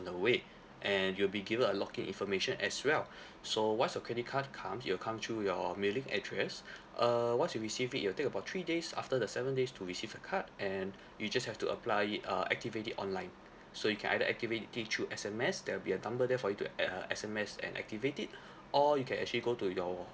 the way and you'll be given a login information as well so once your credit card comes it will come through your mailing address err once you received it will take about three days after the seven days to receive the card and you just have to apply it uh activate it online so you can either activate it it through S_M_S there'll be a number there for you to uh S_M_S and activate it or you can actually go to your